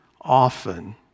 often